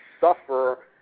suffer